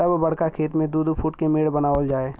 तब बड़का खेत मे दू दू फूट के मेड़ बनावल जाए